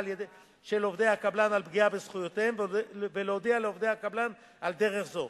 של עובדי קבלן על פגיעה בזכויותיהם ולהודיע לעובדי הקבלן על דרך זו,